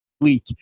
week